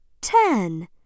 ten